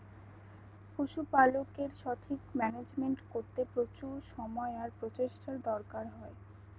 পশুপালকের সঠিক মান্যাজমেন্ট করতে প্রচুর সময় আর প্রচেষ্টার দরকার হয়